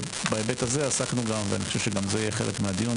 ובהיבט הזה עסקנו גם ואני חושב שגם זה יהיה חלק מהדיון,